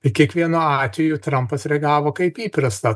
ir kiekvienu atveju trampas reagavo kaip įprasta